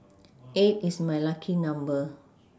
eight is my lucky number